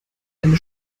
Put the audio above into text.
eine